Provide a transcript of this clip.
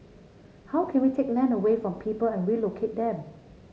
how can we take land away from people and relocate them